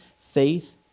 faith